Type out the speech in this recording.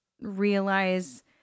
realize